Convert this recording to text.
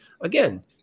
again